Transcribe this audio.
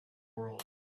world